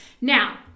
Now